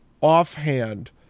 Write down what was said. offhand